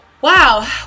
wow